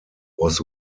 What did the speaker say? was